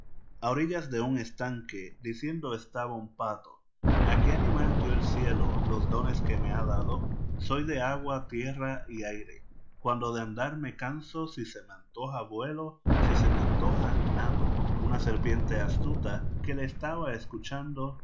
a orillas de un estanque diciendo estaba un pato a qué animal dió el cielo los dones que me ha dado soy de agua tierra y aire cuando de andar me canso si se me antoja vuelo si se me antoja nado una serpiente astuta que le estaba escuchando